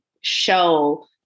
show